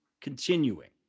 continuing